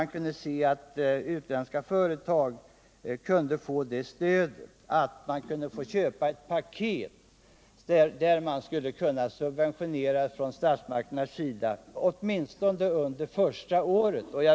Utländska företag får ett stöd genom att de kan köpa ett paket. Statsmakterna borde kunna subventionera åtminstone under första året.